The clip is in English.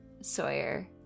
Sawyer